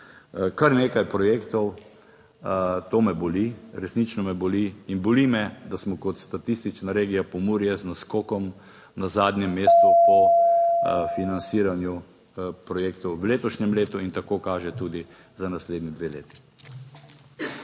kar nekaj projektov, To me boli, resnično me boli. In boli me, da smo kot statistična regija Pomurje z naskokom na zadnjem mestu / znak za konec razprave/ po financiranju projektov v letošnjem letu in tako kaže tudi za naslednji dve leti.